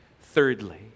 thirdly